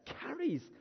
carries